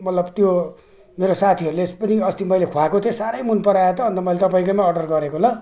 मतलब त्यो मेरो साथीहरूले सबैले अस्ति मैले खुवाएको थिएँ साह्रै मनपरायो त अन्त मैले तपाईँकैमा अर्डर गरेको ल